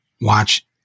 watch